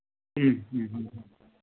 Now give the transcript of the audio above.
ഉം ഉം ഉം